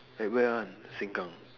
at where one Sengkang